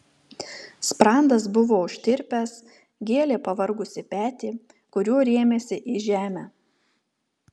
sprandas buvo užtirpęs gėlė pavargusį petį kuriuo rėmėsi į žemę